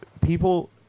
People